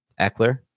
Eckler